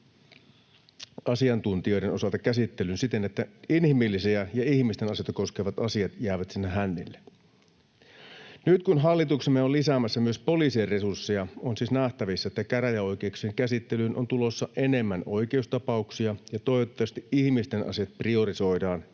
asiantuntijoiden osalta käsittely siten, että inhimilliset ja ihmisten asioita koskevat asiat jäävät sinne hännille. Nyt kun hallituksemme on lisäämässä myös poliisien resursseja, on siis nähtävissä, että käräjäoikeuksien käsittelyyn on tulossa enemmän oikeustapauksia. Toivottavasti ihmisten asiat priorisoidaan